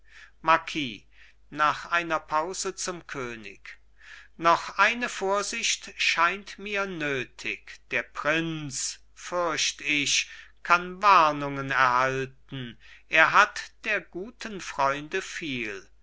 marquis nach einer pause zum könig noch eine vorsicht scheint mir nötig der prinz fürcht ich kann warnungen erhalten er hat der guten freunde viel